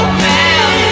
man